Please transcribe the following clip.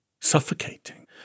Suffocating